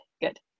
good